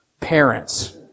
parents